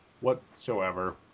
whatsoever